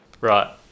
Right